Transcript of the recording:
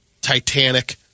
Titanic